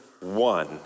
one